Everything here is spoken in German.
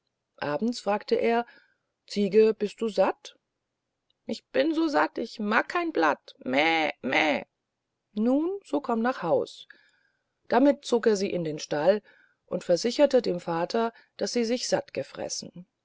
abends fragte er ziege bist du satt ich bin so satt ich mag kein blatt meh meh nun so komm nach haus damit zog er sie in den stall und versicherte den vater daß sie sich satt gefressen